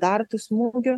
dar tų smūgių